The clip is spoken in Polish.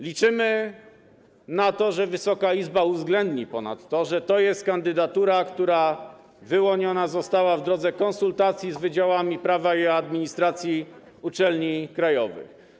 Liczymy na to, że Wysoka Izba uwzględni ponadto, że to jest kandydatura, która wyłoniona została w drodze konsultacji z wydziałami prawa i administracji uczelni krajowych.